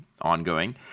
ongoing